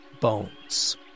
bones